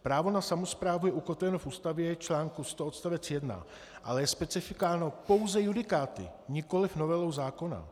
Právo na samosprávu je ukotveno v Ústavě v článku 100 odst. 1, ale je specifikováno pouze judikáty, nikoliv novelou zákona.